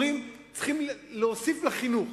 אומרים: צריכים להוסיף לחינוך.